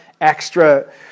extra